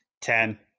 Ten